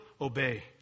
obey